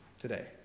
today